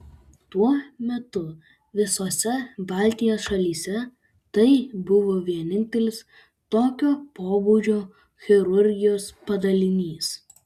tuo metu visose baltijos šalyse tai buvo vienintelis tokio pobūdžio chirurgijos padalinys